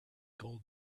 gold